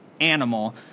animal